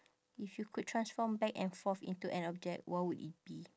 if you could transform back and forth into an object what would it be